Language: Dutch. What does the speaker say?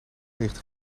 ligt